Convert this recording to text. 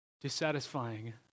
dissatisfying